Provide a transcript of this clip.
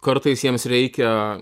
kartais jiems reikia